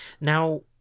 Now